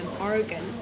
Oregon